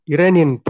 Iranian